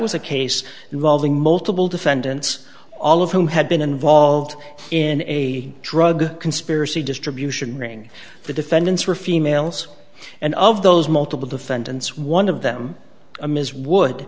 was a case involving multiple defendants all of whom had been involved in a drug conspiracy distribution ring the defendants were females and of those multiple defendants one of them